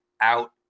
out